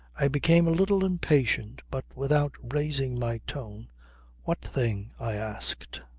i became a little impatient but without raising my tone what thing? i asked.